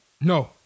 No